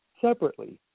separately